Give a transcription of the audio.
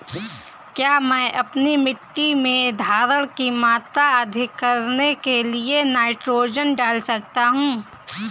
क्या मैं अपनी मिट्टी में धारण की मात्रा अधिक करने के लिए नाइट्रोजन डाल सकता हूँ?